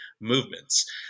Movements